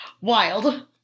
wild